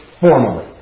formally